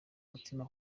umutima